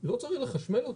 לא צריך לחשמל אותו.